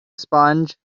sponge